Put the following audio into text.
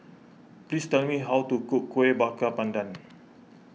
please tell me how to cook Kueh Bakar Pandan